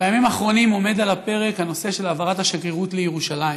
בימים האחרונים עומד על הפרק הנושא של העברת השגרירות לירושלים.